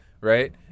right